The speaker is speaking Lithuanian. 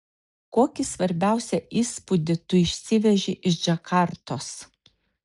kokį svarbiausią įspūdį tu išsiveži iš džakartos